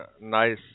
nice